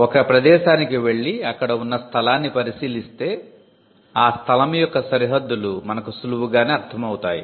ఒక ప్రదేశానికి వెళ్లి అక్కడ ఉన్న స్థలాన్ని పరిశీలిస్తే ఆ స్థలం యొక్క సరిహద్దులు మనకు సులువుగానే అర్ధం అవుతాయి